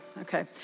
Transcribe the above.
okay